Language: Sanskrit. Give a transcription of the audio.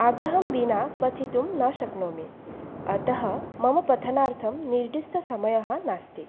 आग्रहं विना पठितुं न शक्नोमि अतः मम पठनार्थं निर्दिष्टसमयः नास्ति